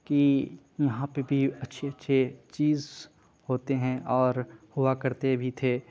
کہ یہاں پہ بھی اچھے اچھے چیز ہوتے ہیں اور ہوا کرتے بھی تھے